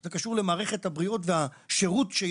זה קשור למערכת הבריאות והשירות שהיא